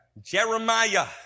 Jeremiah